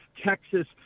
Texas